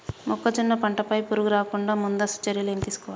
మొక్కజొన్న పంట పై పురుగు రాకుండా ముందస్తు చర్యలు ఏం తీసుకోవాలి?